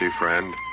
friend